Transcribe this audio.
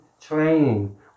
training